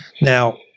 Now